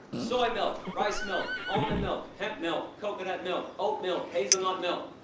soy milk, rice milk, almond milk, hemp milk, coconut milk, oat milk, hazelnuts milk.